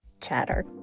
chatter